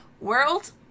World